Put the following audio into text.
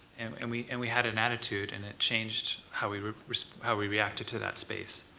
and we and we had an attitude, and it changed how we how we reacted to that space